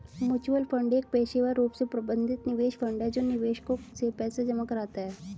mutual fund एक पेशेवर रूप से प्रबंधित निवेश फंड है जो निवेशकों से पैसा जमा कराता है